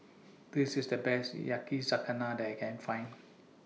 This IS The Best Yakizakana that I Can Find